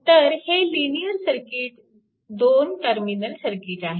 तर हे linear circuit 2 terminal circuit आहे